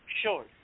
Sure